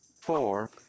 four